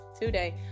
today